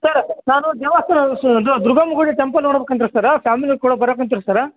sir ನಾನು ದೇವಸ್ಥಾನ ಸು ಅದು ದುರ್ಗಮ್ಮ ಗುಡಿ ಟೆಂಪಲ್ ನೋಡ್ಬೇಕು ಅಂತ ರೀ ಸರ್ರ್ ಫ್ಯಾಮಿಲಿ ಕೂಡ ಬರಕಂತರಿ ಸರ್ರ್